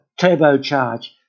turbocharge